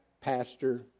pastor